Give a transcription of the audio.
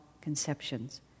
conceptions